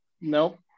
nope